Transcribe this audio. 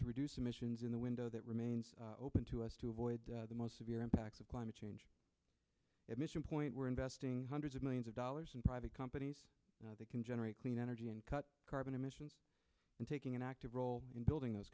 to reduce emissions in the window that remains open to us to avoid the most severe impacts of climate change admission point we're investing hundreds of millions of dollars in private companies that can generate clean energy and cut carbon emissions and taking an active role in building those